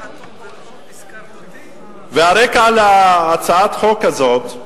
הרקע להצעת חוק הזאת,